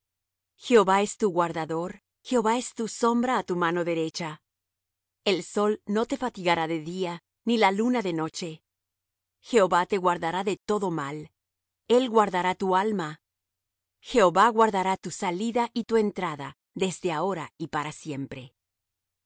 jehová es tu guardador jehová es tu sombra á tu mano derecha el sol no te fatigará de día ni la luna de noche jehová te guardará de todo mal el guardará tu alma jehová guardará tu salida y tu entrada desde ahora y para siempre